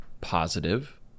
positive